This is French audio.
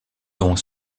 dont